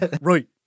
Right